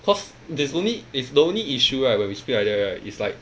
cause there's only is the only issue right when we speak like that right it's like